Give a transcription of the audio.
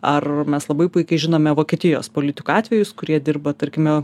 ar mes labai puikiai žinome vokietijos politikų atvejus kurie dirba tarkime